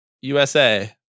USA